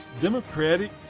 democratic